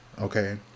Okay